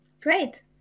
Great